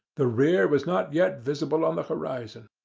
the rear was not yet visible on the horizon.